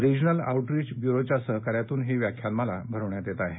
regional outreach ब्युरोच्या सहकार्यातून ही व्याख्यानमाला भरवण्यात येत आहे